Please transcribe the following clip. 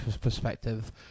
perspective